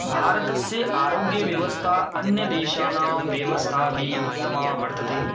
भारतस्य आरोग्यव्यवस्था अन्यदेशानां व्यवस्थाभिः उत्तमा वर्तते